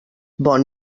bon